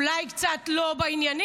אולי קצת לא בעניינים,